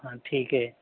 हाँ ठीक है